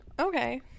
Okay